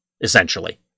essentially